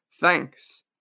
Thanks